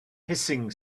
hissing